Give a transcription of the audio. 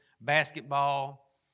basketball